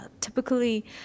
typically